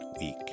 week